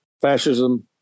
fascism